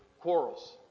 quarrels